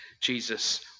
Jesus